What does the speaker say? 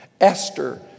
Esther